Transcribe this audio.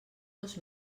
dos